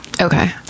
Okay